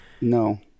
no